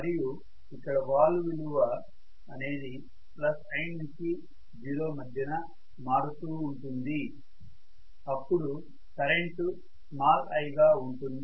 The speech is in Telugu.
మరియు ఇక్కడ వాలు విలువ అనేది I నుంచి 0 మధ్య మారుతూ ఉంటుంది అప్పుడు కరెంటు i గా ఉంటుంది